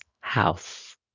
house